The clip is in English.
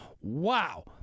wow